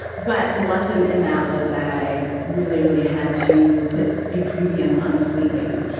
but the lesson in that was that i really, really had to put a premium on sleeping,